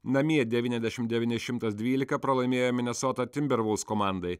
namie devyniasdešimt devyni šimtas dvylika pralaimėjo minesota timbervuls komandai